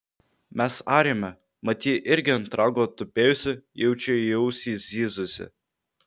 mes arėme mat ji irgi ant rago tupėjusi jaučiui į ausį zyzusi